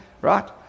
Right